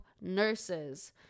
nurses